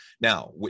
Now